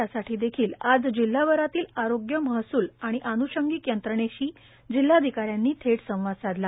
यासाठी देखील आज जिल्हाभरातील आरोग्य महसूल आणि अन्षंगिक यंत्रणेशी जिल्हाधिकाऱ्यांनी थेट संवाद साधला